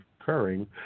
occurring